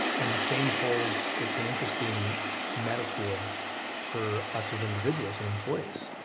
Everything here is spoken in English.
and the same holds, it's an interesting metaphor for us as individuals and employees.